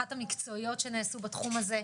אחת המקצועיות שנעשו בתחום הזה.